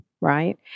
Right